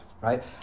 right